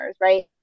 right